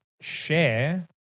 Share